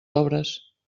obres